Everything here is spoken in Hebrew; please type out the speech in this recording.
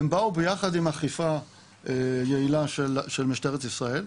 והם באו ביחד עם אכיפה יעילה של משטרת ישראל.